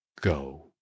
Go